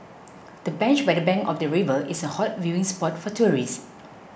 the bench by the bank of the river is a hot viewing spot for tourists